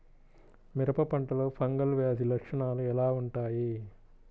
మిరప పంటలో ఫంగల్ వ్యాధి లక్షణాలు ఎలా వుంటాయి?